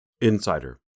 Insider